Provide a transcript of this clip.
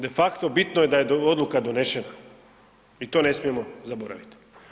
De facto bitno je da je odluka donešene i to ne smijemo zaboraviti.